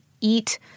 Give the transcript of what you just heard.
eat